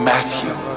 Matthew